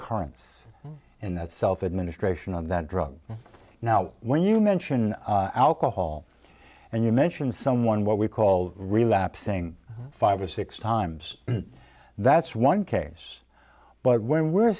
recurrence in that self administration on that drug now when you mention alcohol and you mention someone what we call relapsing five or six times that's one case but when we're